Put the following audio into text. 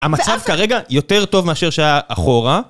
המצב כרגע יותר טוב מאשר שהיה אחורה.